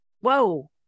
Whoa